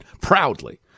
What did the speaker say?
proudly